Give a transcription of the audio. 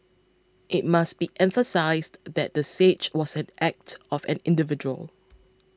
it must be emphasised that the siege was an act of an individual